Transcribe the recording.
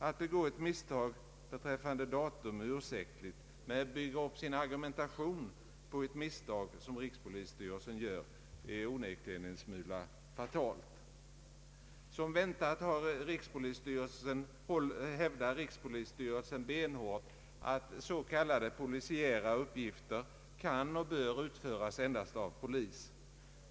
Att begå ett misstag beträffande datum är ursäktligt, men att bygga upp sin argumentation på ett misstag, som rikspolisstyrelsen gör, är onekligen en smula fatalt. Som väntat hävdar rikspolisstyrelsen benhårt att s.k. polisiära uppgifter kan och bör utföras endast av polis.